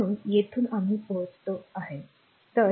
म्हणून येथून आम्ही पोहोचत आहोत